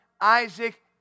Isaac